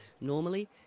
normally